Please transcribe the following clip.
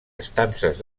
estances